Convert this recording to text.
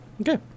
Okay